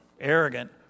arrogant